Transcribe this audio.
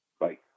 Bye